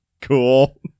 Cool